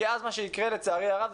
כי אז מה שיקרה לצערי הרב,